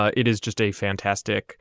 ah it is just a fantastic